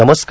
नमस्कार